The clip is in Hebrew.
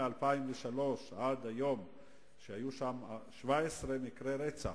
מ-2003 עד היום היו שם 17 מקרי רצח